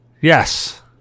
Yes